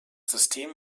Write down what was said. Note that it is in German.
system